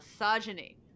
misogyny